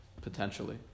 potentially